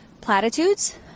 platitudes